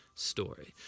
Story